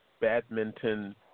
badminton